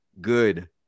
good